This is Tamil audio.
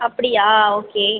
அப்படியா ஓகே